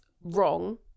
wrong